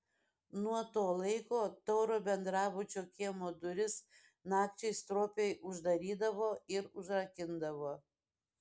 nuo to laiko tauro bendrabučio kiemo duris nakčiai stropiai uždarydavo ir užrakindavo